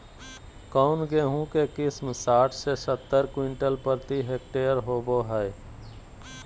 कौन गेंहू के किस्म साठ से सत्तर क्विंटल प्रति हेक्टेयर होबो हाय?